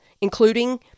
including